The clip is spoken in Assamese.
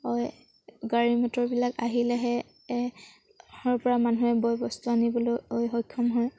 হয় গাড়ী মটৰবিলাক আহিলেহে গাঁৱৰপৰা মানুহে বয়বস্তু আনিবলৈ সক্ষম হয়